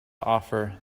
offer